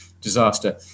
disaster